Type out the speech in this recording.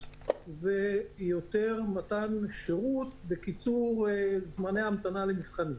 ויותר מתן שירות בקיצור זמני ההמתנה למבחנים.